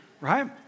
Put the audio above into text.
right